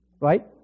Right